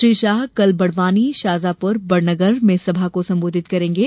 श्री शाह कल बड़वानी शाजापुर बड़नगर में सभा को संबोधित करेंगे